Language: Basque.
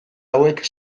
hauek